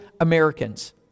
Americans